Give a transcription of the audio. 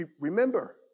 Remember